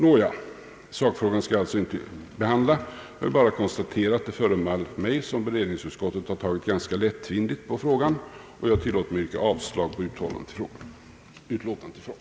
Men sakfrågan skall jag som sagt inte behandla utan vill bara konstatera att det förefaller mig som om beredningsutskottet tagit ganska lättvindigt på problemet, och jag tillåter mig yrka avslag på utlåtandet i fråga.